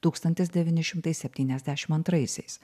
tūkstantis devyni šimtai septyniasdešim antraisiais